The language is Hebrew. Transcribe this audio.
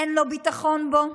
אין לו ביטחון בו.